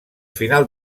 final